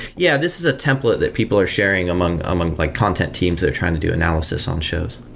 yeah. this is a template that people are sharing among among like content teams that are trying to do analysis on shows.